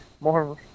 more